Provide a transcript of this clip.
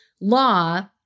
law